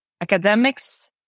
academics